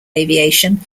aviation